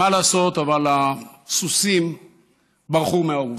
מה לעשות, אבל הסוסים ברחו מהאורווה,